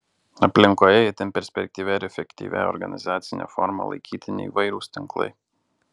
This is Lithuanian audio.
aplinkoje itin perspektyvia ir efektyvia organizacine forma laikytini įvairūs tinklai